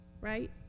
Right